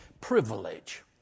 privilege